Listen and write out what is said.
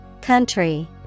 Country